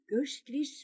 ghostly